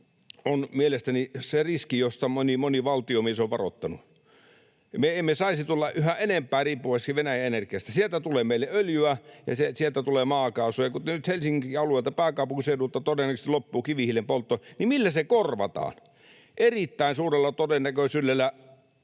on mielestäni se riski, josta moni, moni valtiomies on varoittanut. Me emme saisi tulla yhä enemmän riippuvaiseksi Venäjän energiasta. Sieltä tulee meille öljyä ja sieltä tulee maakaasua. Ja kun nyt Helsinginkin alueelta, pääkaupunkiseudulta todennäköisesti loppuu kivihiilen poltto, niin millä se korvataan? Erittäin suurella todennäköisyydellä